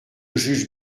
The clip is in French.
juge